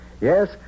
Yes